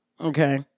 Okay